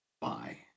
Bye